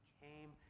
came